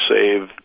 save